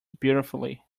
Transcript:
beautifully